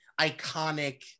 iconic